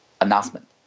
Announcement